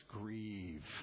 grieve